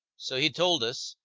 so he told us,